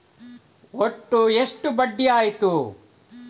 ಒಟ್ಟು ಎಷ್ಟು ಬಡ್ಡಿ ಆಯಿತು?